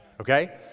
Okay